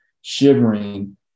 shivering